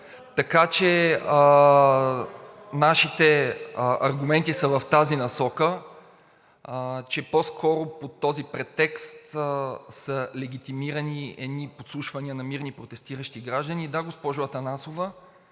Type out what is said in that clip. Така че нашите аргументи са в насока, че по-скоро под този претекст са легитимирани едни подслушвания на мирни протестиращи граждани. И, да, госпожо Атанасова,